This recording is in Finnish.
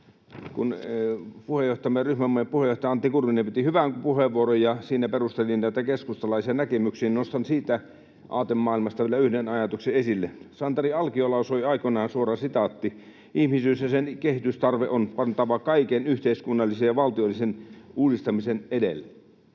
Kun puheenjohtajamme, ryhmämme puheenjohtaja Antti Kurvinen piti hyvän puheenvuoron ja siinä perusteli näitä keskustalaisia näkemyksiä, niin nostan siitä aatemaailmasta vielä yhden ajatuksen esille. Santeri Alkio lausui aikoinaan: ”Ihmisyys ja sen kehitystarve on pantava kaiken yhteiskunnallisen ja valtiollisen uudistamisen edelle.”